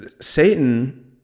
satan